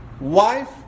Wife